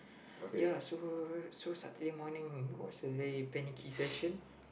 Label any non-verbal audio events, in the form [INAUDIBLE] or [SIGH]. [BREATH] ya so so Saturday morning was a day panicky session